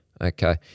Okay